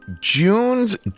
June's